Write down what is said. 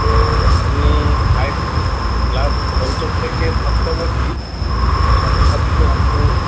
তো আমি five plus পঞ্চম থেকে সপ্তম অবধি ছাত্রছাত্রীদের আমি